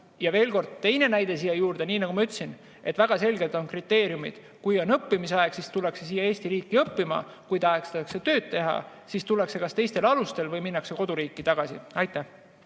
Veel teine näide siia juurde. Nii nagu ma ütlesin, on väga selged kriteeriumid: kui on õppimise aeg, siis tullakse siia Eesti riiki õppima, ja kui tahetakse tööd teha, siis tullakse kas teistel alustel või minnakse koduriiki tagasi. Heiki